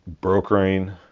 brokering